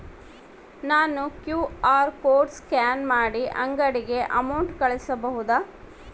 ನಾನು QR code scan ಮಾಡಿ ಅಂಗಡಿಗೆ ಅಮೌಂಟ್ ಕಳಿಸಬಹುದಾ?